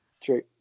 true